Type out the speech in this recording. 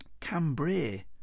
Cambrai